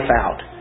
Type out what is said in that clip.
out